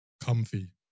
comfy